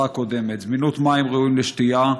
הקודמת: זמינות מים ראויים לשתייה,